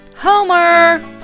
Homer